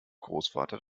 großvater